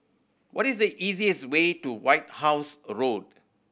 what is the easiest way to White House Road